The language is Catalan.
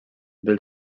del